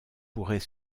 pourrait